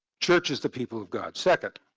church is the people of god. second,